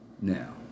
now